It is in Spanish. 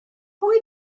hoy